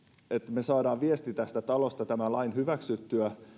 me saamme viestin tästä talosta tämän lain hyväksyttyämme